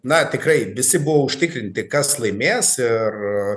na tikrai visi buvo užtikrinti kas laimės ir